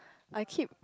I keep